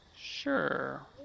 Sure